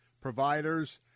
providers